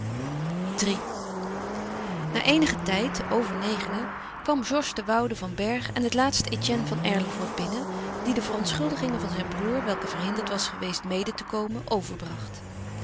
iii na eenigen tijd over negenen kwam georges de woude van bergh en het laatst etienne van erlevoort binnen die de verontschuldigingen van zijn broêr welke verhinderd was geweest mede te komen overbracht